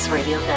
Radio